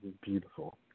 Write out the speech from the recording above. beautiful